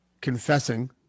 confessing